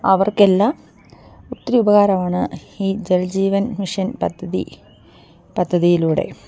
അവർക്കെല്ലാം ഒത്തിരി ഉപകാരമാണ് ഈ ജൽജീവൻ മിഷൻ പദ്ധതിയിലൂടെ